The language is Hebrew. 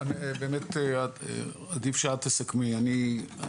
אני באמת אעדיף שאת תסכמי אבל אני רק